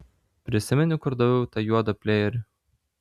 prisimeni kur daviau tą juodą plėjerį